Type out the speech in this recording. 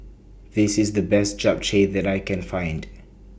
This IS The Best Japchae that I Can Find